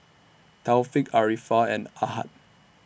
Taufik Arifa and Ahad